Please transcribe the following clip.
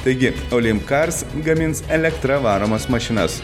taigi olimcars gamins elektra varomas mašinas